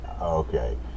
Okay